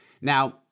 Now